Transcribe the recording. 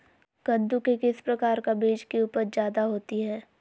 कददु के किस प्रकार का बीज की उपज जायदा होती जय?